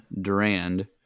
Durand